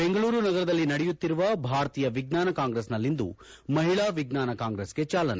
ಬೆಂಗಳೂರು ನಗರದಲ್ಲಿ ನಡೆಯುತ್ತಿರುವ ಭಾರತೀಯ ವಿಜ್ವಾನ ಕಾಂಗ್ರೆಸ್ ನಲ್ಲಿಂದು ಮಹಿಳಾ ವಿಜ್ವಾನ ಕಾಂಗ್ರೆಸ್ಗೆ ಚಾಲನೆ